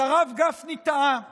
אז הרב גפני טעה כהרגלו,